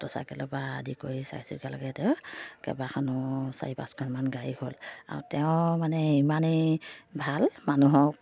মটৰচাইকেলৰ পৰা আদি কৰি চাৰিচকীয়ালৈকে তেওঁ কেইবাখনো চাৰি পাঁচখনমান গাড়ী হ'ল আৰু তেওঁ মানে ইমানেই ভাল মানুহক